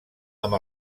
amb